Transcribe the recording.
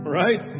right